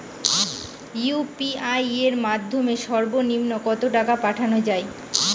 UPI এর মাধ্যমে সর্ব নিম্ন কত টাকা পাঠানো য়ায়?